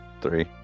Three